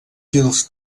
fils